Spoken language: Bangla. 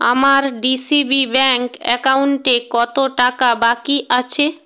আমার ডি সি বি ব্যাংক অ্যাকাউন্টে কত টাকা বাকি আছে